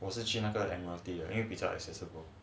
我是去那个 admiralty 那边因为比较